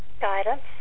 guidance